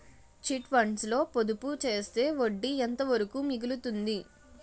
Chit funds లో పొదుపు చేస్తే వడ్డీ ఎంత వరకు మిగులుతుంది?